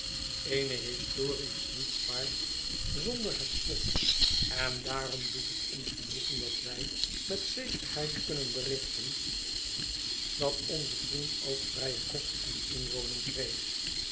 eene historie is niets waard zonder het slot en daarom doet het ons genoegen dat wij met zekerheid kunnen berichten dat onze vriend ook vrijen kost en inwoning kreeg